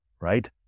right